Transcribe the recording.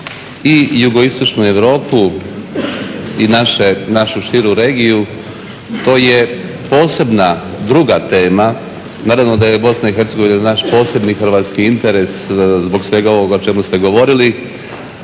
i jugoistočnu Europu i našu širu regiju, to je posebna, druga tema, naravno da je Bosna i Hercegovina naš posebni Hrvatski interes zbog svega ovog o čemu ste govorili,